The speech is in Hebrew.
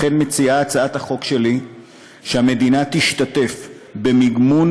לכן מוצע בהצעת החוק שלי שהמדינה תשתתף במימון